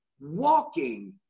walking